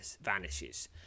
vanishes